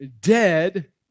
dead